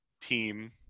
team